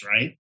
right